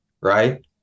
right